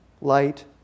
light